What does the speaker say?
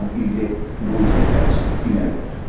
you get noise impacts inadequate.